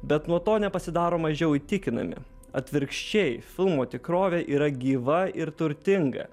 bet nuo to nepasidaro mažiau įtikinami atvirkščiai filmo tikrovė yra gyva ir turtinga